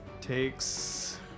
takes